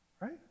Right